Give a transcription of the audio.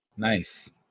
Nice